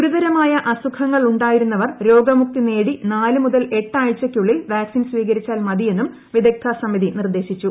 ഗുരുതരമായ അസുഖങ്ങൾ ഉണ്ടായിരുന്നവർ രോഗ മുക്തി നേടി നാല് മുതൽ എട്ട് ആഴ്ചയ്ക്കുള്ളിൽ വാക്സിൻ സ്വീകരിച്ചാൽ മതിയെന്നും വിദഗ്ധ സമിതി നിർദേശിച്ചു